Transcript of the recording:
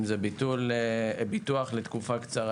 אם זה ביטוח לתקופה קצרה.